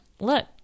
Look